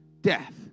Death